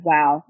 Wow